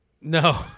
No